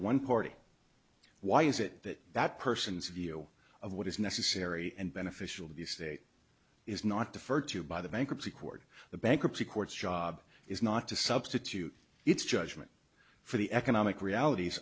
one party why is it that that person's view of what is necessary and beneficial to the state is not deferred to by the bankruptcy court the bankruptcy courts job is not to substitute its judgment for the economic realities